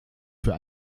für